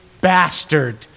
bastard